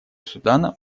судана